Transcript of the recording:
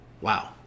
wow